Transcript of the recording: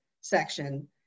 section